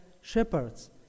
shepherds